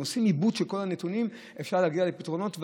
עושים עיבוד של כל הנתונים ואפשר להגיע לפתרונות,